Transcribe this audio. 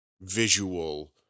visual